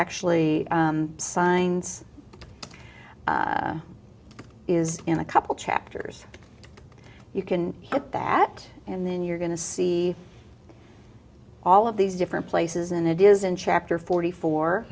actually signs is in a couple chapters you can get that and then you're going to see all of these different places and it is in chapter forty